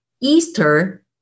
Easter